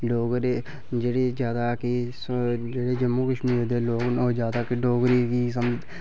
जेह्ड़े लोक डोगरी जेह्ड़े ज्यादा कि जम्मू कश्मीर दे लोक न ओह् ज्यादा कि डोगरी गी समझी